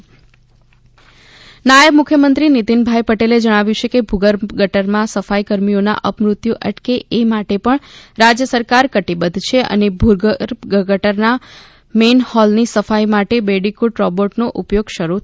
ગટર સફાઈમાં રોબોટ નિતિન પટેલ નાયબ મુખ્યમંત્રી નીતિનભાઇ પટેલે જણાવ્યું છે કે ભૂગર્ભ ગટરના સફાઇ કર્મીઓના અપમૃત્યુ અટકે એ માટે પણ રાજ્ય સરકાર કટિબદ્ધ છે અને ભૂગર્ભ ગટરના મેનહોલની સફાઇ માટે બેડીફ્રટ રોબોટનો ઉપયોગ શરૂ થયો છે